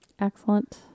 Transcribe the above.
Excellent